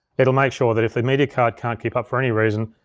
it'll make sure that if the media card can't keep up for any reason,